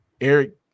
Eric